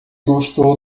gostou